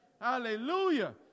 Hallelujah